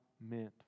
meant